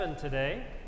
today